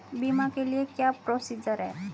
बीमा के लिए क्या क्या प्रोसीजर है?